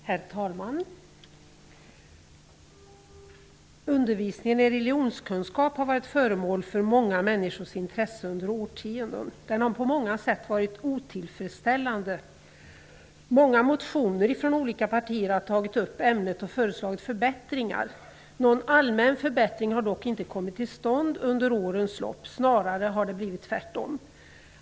Herr talman! Undervisningen i religionskunskap har varit föremål för många människors intresse under årtionden. Den har på många sätt varit otillfredsställande. I många motioner ifrån olika partier har man tagit upp ämnet och föreslagit förbättringar. Någon allmän förbättring har dock inte kommit till stånd under årens lopp. Snarare har det blivit tvärtom.